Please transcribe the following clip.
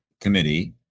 committee